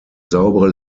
saubere